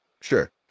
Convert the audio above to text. sure